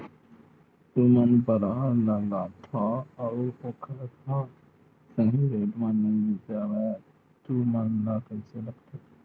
तू मन परहा लगाथव अउ ओखर हा सही रेट मा नई बेचवाए तू मन ला कइसे लगथे?